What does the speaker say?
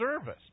service